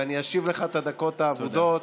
ואני אשיב לך את הדקות האבודות.